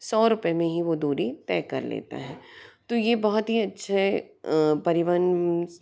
सौ रुपए में ही वो दूरी तय कर लेता है तो ये बहुत ही अच्छा है परिवहन